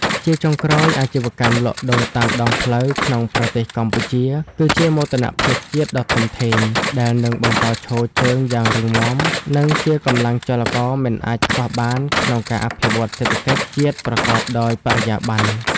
ជាចុងក្រោយ អាជីវកម្មលក់ដូរតាមដងផ្លូវក្នុងប្រទេសកម្ពុជាគឺជាមោទនភាពជាតិដ៏ធំធេង ដែលនឹងបន្តឈរជើងយ៉ាងរឹងមាំ និងជាកម្លាំងចលករមិនអាចខ្វះបានក្នុងការអភិវឌ្ឍន៍សេដ្ឋកិច្ចជាតិប្រកបដោយបរិយាបន្ន។